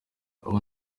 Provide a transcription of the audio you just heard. aho